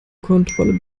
kontrolle